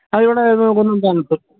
അത് ഇവിടെ കുന്നുംന്താനത്ത്